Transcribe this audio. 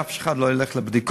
שאף אחד לא ילך לבדיקות,